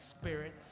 spirit